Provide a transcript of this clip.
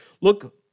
Look